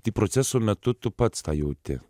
tai proceso metu tu pats tą jauti